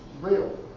real